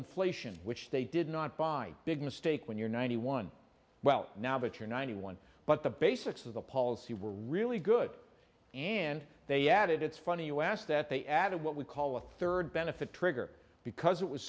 inflation which they did not by big mistake when you're ninety one well now that you're ninety one but the basics of the policy were really good and they added it's funny you asked that they added what we call a third benefit trigger because it was